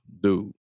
Dude